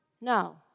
No